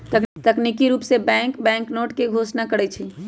तकनिकी रूप से बैंक बैंकनोट के घोषणा करई छई